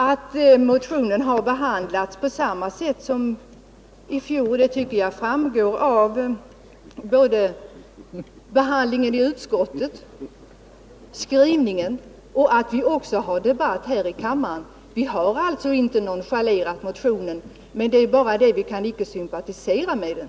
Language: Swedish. Att motionen har behandlats på samma noggranna sätt som i fjol tycker jag framgår både av utskottets skrivning och av att det förs en debatt här i kammaren. Vi har alltså inte nonchalerat motionen. Men vi kan inte sympatisera med den.